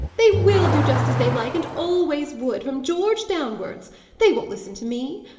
they will do just as they like, and always would, from george downwards they won't listen to me.